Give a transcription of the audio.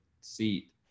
seat